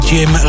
Gym